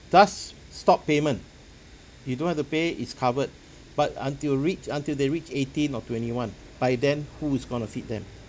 thus stop payment you don't have to pay it's covered but until reach until they reach eighteen or twenty one by then who is going to feed them